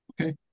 Okay